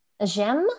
J'aime